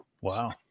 Wow